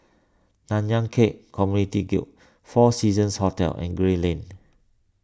Nanyang Khek Community Guild four Seasons Hotel and Gray Lane